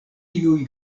tiuj